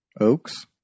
Oaks